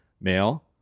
male